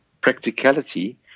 practicality